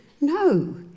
no